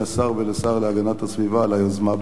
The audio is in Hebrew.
ולשר להגנת הסביבה על היוזמה הברוכה שלכם.